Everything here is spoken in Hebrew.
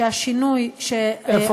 שהשינוי שאמור לעבור כאן,